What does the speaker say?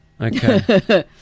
Okay